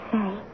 say